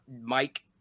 Mike